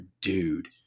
dude